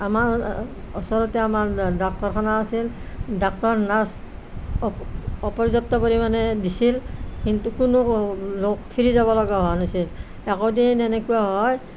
আমাৰ ওচৰতে আমাৰ ডাক্তৰখানা আছিল ডাক্তৰ নাৰ্ছ অপৰ্যাপ্ত পৰিমাণে দিছিল কিন্তু কোনো লোক ফিৰি যাব লগা হোৱা নাছিল একোদিন এনেকুৱা হয়